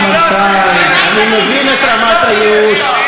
אני בהחלט מקבל את עצתך שעלינו להתרגל עוד הרבה שנים להיות שרים,